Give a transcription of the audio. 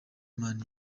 man